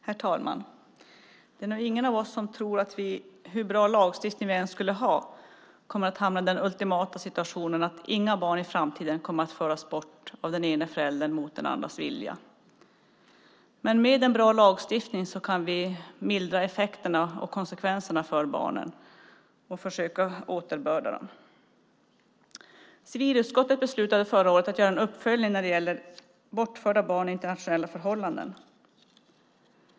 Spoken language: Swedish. Herr talman! Det är nog ingen av oss som tror att vi, hur bra lagstiftning vi än har, kommer att hamna i den ultimata situationen att inga barn i framtiden kommer att föras bort av den ena föräldern mot den andras vilja. Men med en bra lagstiftning kan vi mildra effekterna och konsekvenserna för barnen och försöka återbörda dem. Civilutskottet beslutade förra året att göra en uppföljning när det gäller bortförda barn i internationella förhållanden.